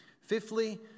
fifthly